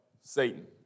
Satan